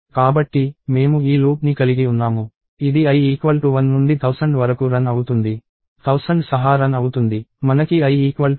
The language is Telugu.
కాబట్టి మేము ఈ లూప్ని కలిగి ఉన్నాము ఇది i1 నుండి 1000 వరకు రన్ అవుతుంది 1000 సహా రన్ అవుతుంది